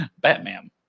batman